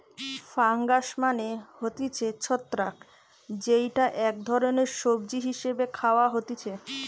fungus মানে হতিছে ছত্রাক যেইটা এক ধরণের সবজি হিসেবে খাওয়া হতিছে